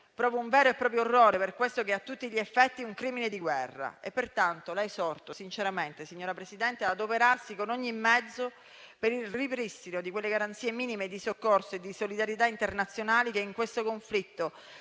provo un vero e proprio orrore per questo che è a tutti gli effetti un crimine di guerra, e pertanto la esorto sinceramente, signora Presidente, ad adoperarsi con ogni mezzo per il ripristino di quelle garanzie minime di soccorso e di solidarietà internazionali che in questo conflitto sembrano